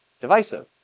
divisive